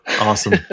Awesome